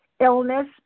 Illness